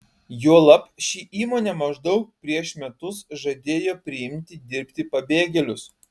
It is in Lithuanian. juolab ši įmonė maždaug prieš metus žadėjo priimti dirbti pabėgėlius